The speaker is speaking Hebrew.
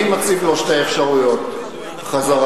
אני מציב לו שתי אפשרויות בחזרה: